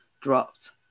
dropped